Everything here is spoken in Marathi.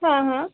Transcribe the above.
हां हां